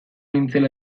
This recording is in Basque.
nintzela